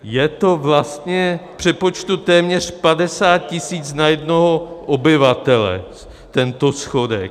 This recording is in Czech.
Je to vlastně v přepočtu téměř 50 tisíc na jednoho obyvatele, tento schodek.